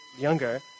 younger